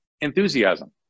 enthusiasm